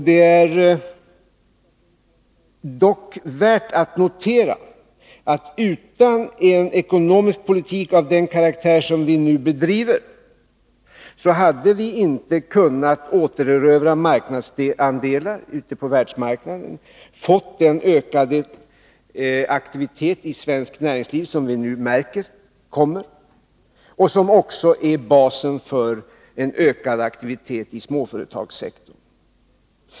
Det är dock värt att notera att utan en ekonomisk politik av den karaktär som vi nu bedriver hade vi inte kunnat återerövra marknadsandelar på världsmarknaden, vi hade inte fått den ökade aktivitet i svenskt näringsliv som nu kommer och som också är basen för en ökad aktivitet i småföretagssektorn.